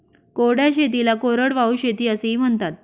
कोरड्या शेतीला कोरडवाहू शेती असेही म्हणतात